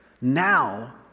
Now